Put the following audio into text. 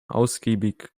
ausgiebig